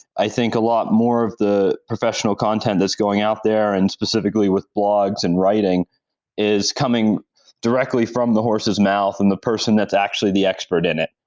i think a lot more of the professional content is going out there and specifically with blogs and writing is coming directly from the horse's mouth and the person that's actually the expert in it.